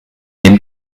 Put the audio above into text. neben